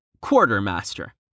Quartermaster